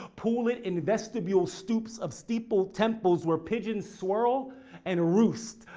pull it in vestibule stoops of steeple temples where pigeons swirl and roost.